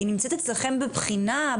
היא נמצאת אצלכם בבחינה?